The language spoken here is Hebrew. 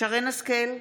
שרן מרים השכל,